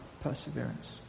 perseverance